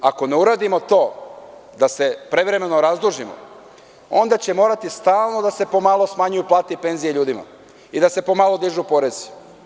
Ako ne uradimo to da se prevremeno razdužimo onda će morati stalno da se po malo smanjuju plate i penzije ljudima i da se po malo dižu porezi.